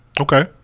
Okay